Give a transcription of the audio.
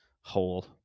whole